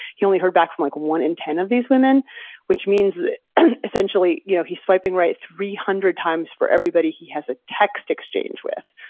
he only heard back from like one in ten of these women which means essentially, you know he's swiping right three hundred times for everybody he has a text exchange with.